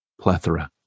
plethora